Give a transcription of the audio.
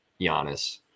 Giannis